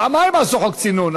פעמיים עשו חוק צינון,